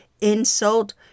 insult